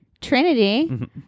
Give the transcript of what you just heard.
Trinity